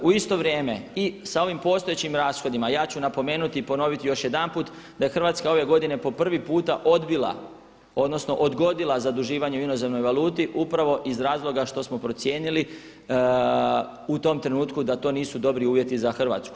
U isto vrijeme i sa ovim postojećim rashodima ja ću napomenuti i ponoviti još jedanput da je Hrvatska ove godine po prvi puta odbila, odnosno odgodila zaduživanje u inozemnoj valuti upravo iz razloga što smo procijenili u tom trenutku da to nisu dobri uvjeti za Hrvatsku.